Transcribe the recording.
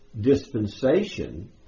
dispensation